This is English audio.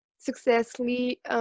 successfully